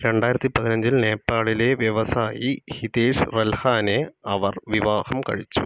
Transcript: രണ്ടായിരത്തി പതിനഞ്ചിൽ നേപ്പാളിലെ വ്യവസായി ഹിതേഷ് റൽഹാനെ അവർ വിവാഹം കഴിച്ചു